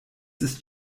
ist